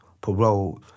parole